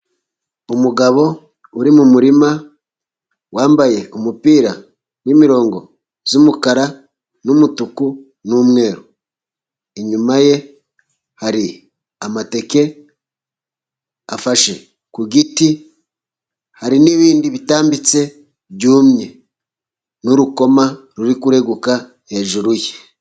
Umugabo uri mu murima wambaye umupira w'imirongo y'umukara n'umutuku n'umweru inyuma ye hari amateke afashe ku giti hari n'ibindi bitambitse byumye n'urukoma ruri kureguka hejuru ye.